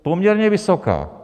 Poměrně vysoká.